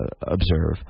observe